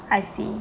I see